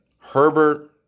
Herbert